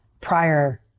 prior